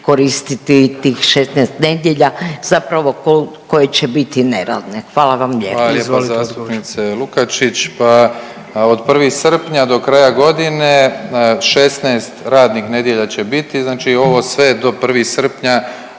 koristiti tih 16 nedjelja zapravo koje će biti neradne. Hvala vam lijepa.